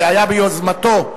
שהיה ביוזמתו,